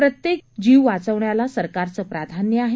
प्रत्येक जाव वाचवण्याला सरकारचं प्राधान्य आहे